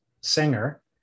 singer